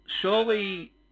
Surely